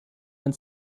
ein